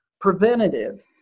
preventative